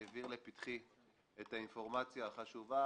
העביר לפתחי את האינפורמציה החשובה